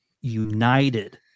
united